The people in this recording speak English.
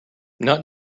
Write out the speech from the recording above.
not